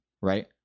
right